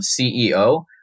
CEO